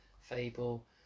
fable